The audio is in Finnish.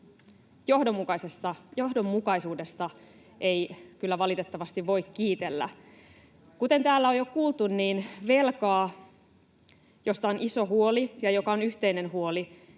johdonmukaisuudesta ei kyllä valitettavasti voi kiitellä. Kuten täällä on jo kuultu, niin velkaa — josta on iso huoli, joka on yhteinen huoli